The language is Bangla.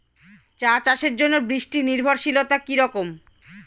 চা চাষের জন্য বৃষ্টি নির্ভরশীলতা কী রকম?